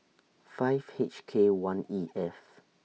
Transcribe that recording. five H K one E F